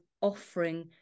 offering